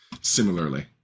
similarly